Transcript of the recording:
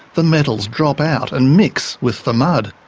the metals drop out and mix with the mud.